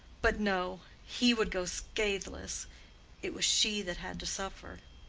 but no! he would go scathless it was she that had to suffer.